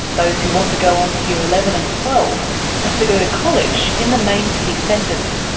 those who want to go on to year eleven and twelve have to go to college in the main city centres,